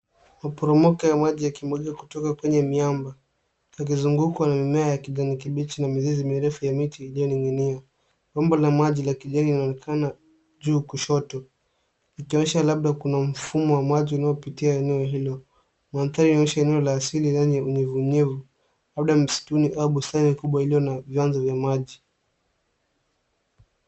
Maporomoko ya maji yakimwagika kutoka kwenye miamba yakizungukwa na mimea ya kijani kibichi na mizizi mirefu ya miti iliyoning'inia. Bomba la maji la kijani linaonekana juu kushoto likionyesha labda kuna mfumo wa maji unaopitia eneo hilo. Mandhari inaonyesha eneo la asili lenye unyevunyevu labda msituni au bustani kubwa iliyo na viwanja vya maji.